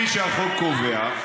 אני